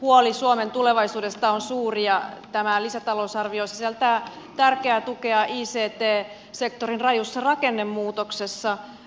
huoli suomen tulevaisuudesta on suuri ja tämä lisätalousarvio sisältää tärkeää tukea ict sektorin rajussa rakennemuutoksessa